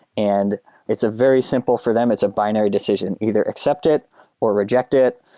and it's a very simple for them. it's a binary decision. either accept it or reject it.